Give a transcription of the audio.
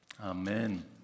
Amen